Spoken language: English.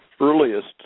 earliest